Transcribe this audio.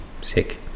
sick